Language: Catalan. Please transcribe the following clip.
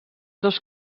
dos